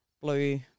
blue